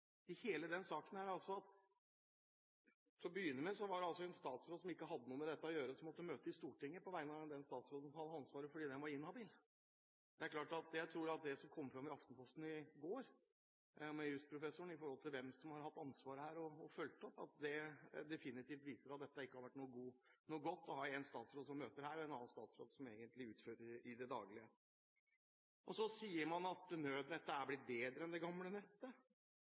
i hele denne saken er at det til å begynne med var en statsråd som ikke hadde noe med dette å gjøre, som måtte møte i Stortinget på vegne av den statsråden som hadde ansvaret, fordi vedkommende var inhabil. Jeg tror at det som kom fram fra professoren i Aftenposten i går, med tanke på hvem som har hatt ansvaret her og fulgt opp, definitivt viser at det ikke har vært bra å ha én statsråd som møter her og en annen som egentlig utfører arbeidet i det daglige. Så sier man at nødnettet er blitt bedre enn det gamle nettet.